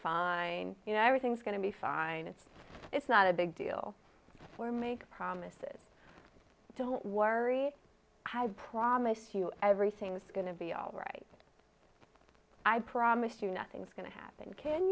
fine you know everything's going to be fine it's it's not a big deal for make promises don't worry i promise you everything's going to be all right i promise you nothing's going to happen can